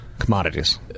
Commodities